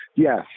Yes